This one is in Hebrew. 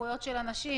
בחירויות של אנשים.